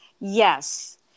Yes